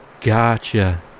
Gotcha